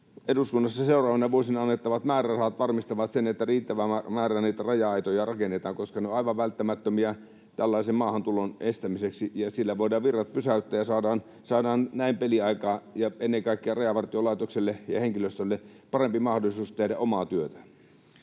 eduskunnassa seuraavina vuosina annettavat määrärahat varmistavat sen, että riittävä määrä niitä raja-aitoja rakennetaan, koska ne ovat aivan välttämättömiä tällaisen maahantulon estämiseksi. Niillä voidaan virrat pysäyttää, ja saadaan näin peliaikaa ja ennen kaikkea Rajavartiolaitokselle ja sen henkilöstölle parempi mahdollisuus tehdä omaa työtään.